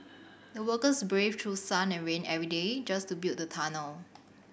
the workers braved through sun and rain every day just to build the tunnel